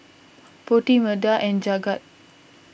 Potti Medha and Jagat